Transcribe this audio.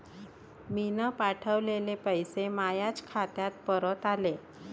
मीन पावठवलेले पैसे मायाच खात्यात परत आले